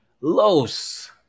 Los